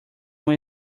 when